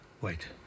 Wait